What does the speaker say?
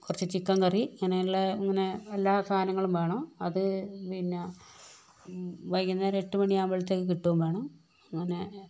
കുറച്ച് ചിക്കന് കറി അങ്ങനെള്ള അങ്ങനെ എല്ലാ സാധനങ്ങളും വേണം അത് പിന്നെ വൈകുന്നേരം എട്ട് മണിയാവുമ്പോഴത്തേക്ക് കിട്ടുകയും വേണം അങ്ങനെ